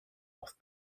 auf